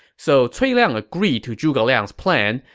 so cui liang agreed to zhuge liang's plan,